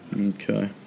Okay